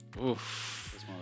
Oof